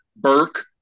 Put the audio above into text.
Burke